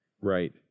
Right